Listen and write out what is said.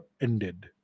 ended